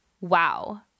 Wow